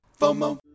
FOMO